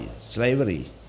slavery